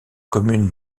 commune